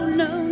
no